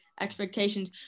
expectations